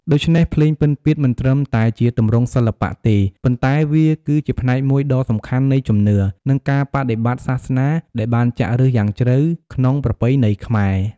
ដូច្នេះ ភ្លេងពិណពាទ្យមិនត្រឹមតែជាទម្រង់សិល្បៈទេ ប៉ុន្តែវាគឺជាផ្នែកមួយដ៏សំខាន់នៃជំនឿ និងការបដិបត្តិសាសនា ដែលបានចាក់ឫសយ៉ាងជ្រៅក្នុងប្រពៃណីខ្មែរ។